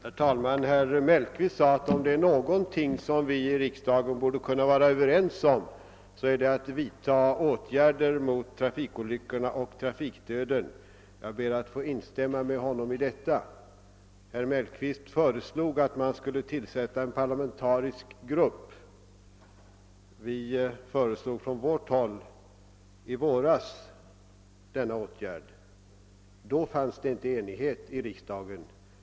Herr talman! Herr Mellqvist sade att om det är någonting som vi i riksdagen borde kunna vara överens om, så är det att åtgärder skall vidtas mot trafikolyckorna och trafikdöden. Jag ber att få instämma med honom i detta. Herr Mellqvist föreslog här att det skulle = tillsättas en parlamentarisk grupp. Vi på vårt håll föreslog i våras denna åtgärd. Då förelåg det inte enighet härom.